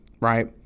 right